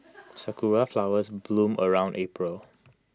Sakura Flowers bloom around April